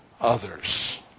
others